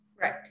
Right